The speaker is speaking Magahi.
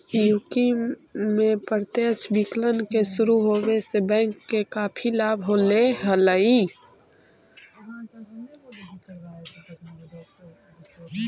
यू.के में प्रत्यक्ष विकलन के शुरू होवे से बैंक के काफी लाभ होले हलइ